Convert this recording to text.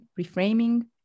reframing